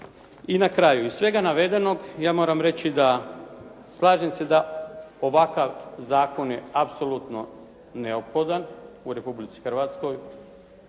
I na kraju iz svega navedenog ja moram reći da slažem se da ovakav zakon je apsolutno neophodan u Republici Hrvatskoj